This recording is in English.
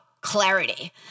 clarity